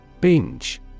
Binge